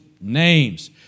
names